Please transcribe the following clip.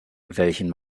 welchem